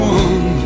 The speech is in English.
one